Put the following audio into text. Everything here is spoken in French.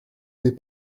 n’est